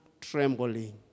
trembling